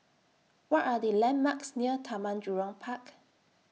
What Are The landmarks near Taman Jurong Park